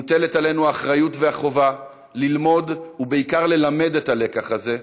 מוטלות עלינו האחריות והחובה ללמוד ובעיקר ללמד את הלקח הזה,